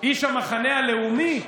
איש המחנה הלאומי?